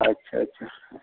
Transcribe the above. अच्छा अच्छा हाँ